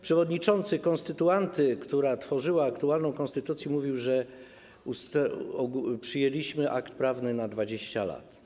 Przewodniczący konstytuanty, która tworzyła aktualną konstytucję, mówił, że przyjęliśmy akt prawny na 20 lat.